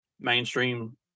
mainstream